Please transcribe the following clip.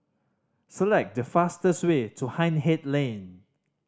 select the fastest way to Hindhede Lane